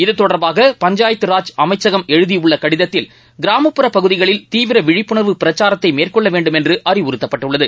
இது தொடர்பாக பஞ்சாயத்து ராஜ் அமைச்சகம் எழுதியுள்ள கடிதத்தில் கிராமப்புற பகுதிகளில் தீவிர விழிப்புணர்வு பிரச்சாரத்தை மேற்கொள்ள வேண்டும் என்று அறிவுறுத்தப்பட்டுள்ளது